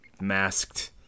masked